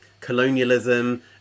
colonialism